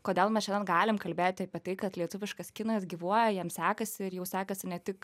kodėl mes šiandien galim kalbėti apie tai kad lietuviškas kinas gyvuo jam sekasi ir jau sekasi ne tik